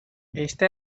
esta